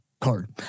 card